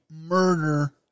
murder